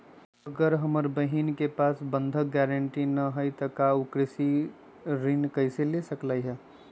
अगर हमर बहिन के पास बंधक गरान्टी न हई त उ कृषि ऋण कईसे ले सकलई ह?